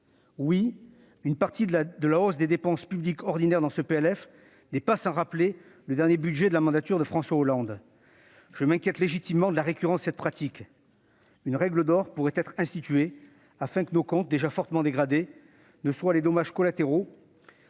? Une partie de la hausse des dépenses publiques ordinaires dans ce projet de loi de finances n'est pas sans rappeler le dernier budget de la mandature de François Hollande. Je m'inquiète légitimement de la récurrence de cette pratique. Une règle d'or pourrait être instituée afin que nos comptes, déjà fortement dégradés, ne soient pas tous les cinq ans